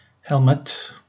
Helmet